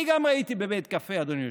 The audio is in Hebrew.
גם אני הייתי בבית קפה, אדוני היושב-ראש,